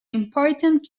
important